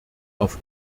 auf